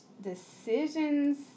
decisions